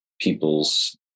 people's